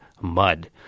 mud